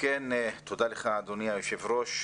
תודה לך אדוני היושב ראש.